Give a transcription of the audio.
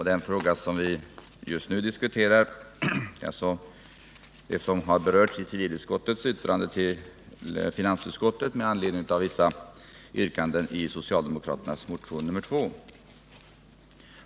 Den fråga vi just nu diskuterar är den som berörts i civilutskottets yttrande till finansutskottet med anledning av vissa yrkanden i socialdemokraternas motion nr 2.